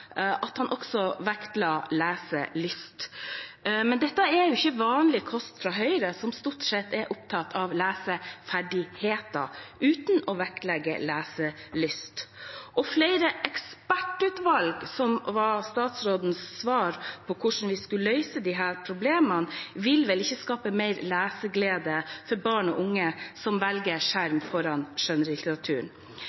Men dette er ikke vanlig kost fra Høyre, som stort sett er opptatt av leseferdigheter uten å vektlegge leselyst. Flere ekspertutvalg, som var statsrådens svar på hvordan vi skulle løse disse problemene, vil vel ikke skape mer leseglede for barn og unge som velger